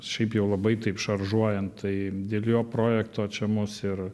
šiaip jau labai taip šaržuojant tai dėl jo projekto čia mus ir